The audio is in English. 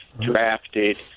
drafted